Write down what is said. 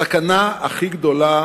הסכנה הכי גדולה